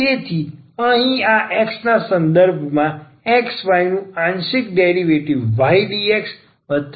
તેથી અહીં x ના સંદર્ભમાં xy નું આંશિક ડેરિવેટિવ ydxxdy હશે